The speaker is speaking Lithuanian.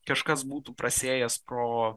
kažkas būtų prasiėjęs pro